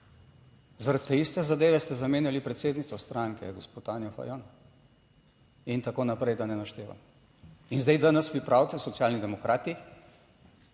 Zaradi te iste zadeve ste zamenjali predsednico stranke, gospo Tanjo Fajon in tako naprej, da ne naštevam. In zdaj danes vi pravite Socialni demokrati,